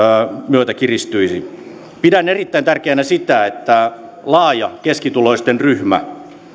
myötä kiristyisi pidän erittäin tärkeänä sitä että laaja keskituloisten ryhmä